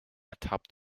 atop